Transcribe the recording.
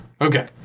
Okay